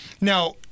Now